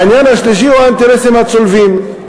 העניין השלישי הוא האינטרסים הצולבים,